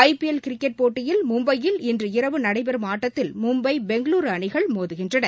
ஐ P L cricket போட்டியில் மும்பையில் இன்று இரவு நடைபெறும் ஆட்டத்தில் மும்பை பெங்களூரு அணிகள் மோதுகின்றன